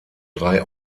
drei